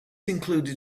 included